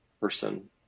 person